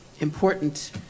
important